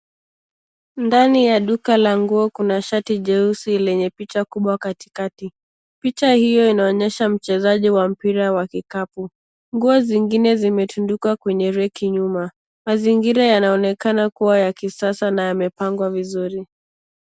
Ndani ya duka la nguo kuna shati jeusi lenye picha kubwa katikati. Picha hiyo inaonyesha mchezaji wa mpira wa kikapu. Nguo zingine zimetundikwa kwenye reki nyuma . Mazingira yanaonekana kuwa ya kisasa na yamepangwa vizuri.